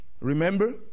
Remember